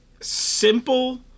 simple